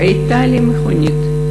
// הייתה לי מכונית,